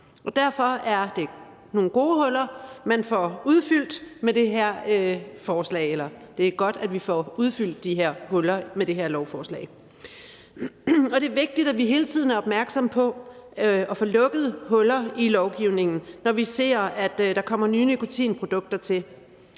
mens onlinebutikker ikke har været underlagt det her krav. Derfor er det godt, at vi får udfyldt de her huller med det her lovforslag. Det er vigtigt, at vi hele tiden er opmærksomme på at få lukket huller i lovgivningen, når vi ser, at der kommer nye nikotinprodukter til.